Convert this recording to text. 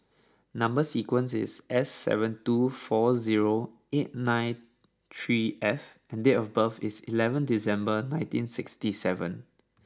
number sequence is S seven two four zero eight nine three F and date of birth is eleven December nineteen sixty seven